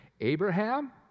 Abraham